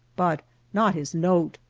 but not his note.